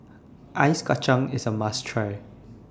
Ice Kacang IS A must Try